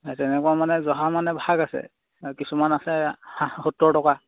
সেই তেনেকুৱা মানে জহা মানে ভাগ আছে আৰু কিছুমান আছে সত্তৰ টকা